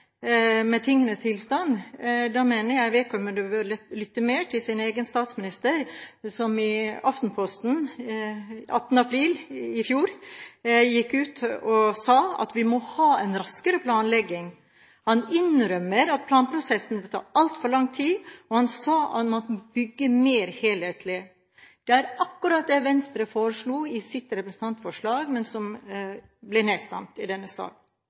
med tingenes tilstand. Da mener jeg vedkommende burde lytte mer til sin egen statsminister, som i Aftenposten 18. april i fjor gikk ut og sa at vi må ha en raskere planlegging. Han innrømmer at planprosessene tar altfor lang tid, og han sa at man må bygge mer helhetlig. Det er akkurat det Venstre foreslo i sitt representantforslag, men som ble nedstemt i denne sal.